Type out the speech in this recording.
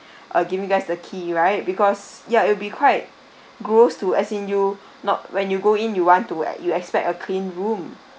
err give you guys the key right because yeah it'll be quite gross to as in you not when you go in you want to you expect a clean room